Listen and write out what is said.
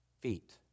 feet